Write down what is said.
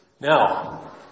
Now